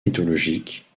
mythologique